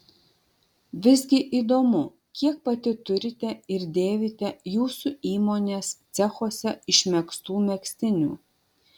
visgi įdomu kiek pati turite ir dėvite jūsų įmonės cechuose išmegztų megztinių